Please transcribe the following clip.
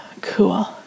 cool